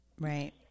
Right